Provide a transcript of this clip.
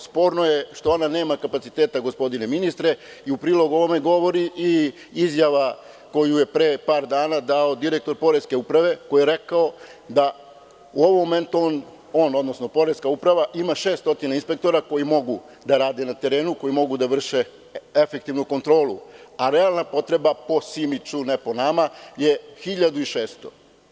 Sporno je što ona nema kapacitete, gospodine ministre i u prilog ovome govori i izjava koju je pre par dana dao direktor poreske uprave koji je rekao da u ovom momentu poreska uprava ima 600 inspektora koji mogu da rade na terenu, koji mogu da vrše efektivnu kontrolu, a realna potreba po Simiću, ne po nama, je 1600.